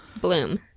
Bloom